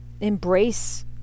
Embrace